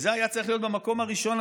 זה היה צריך להיות במקום הראשון,